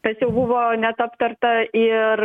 tas jau buvo net aptarta ir